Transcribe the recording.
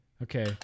Okay